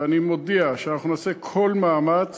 ואני מודיע שאנחנו נעשה כל מאמץ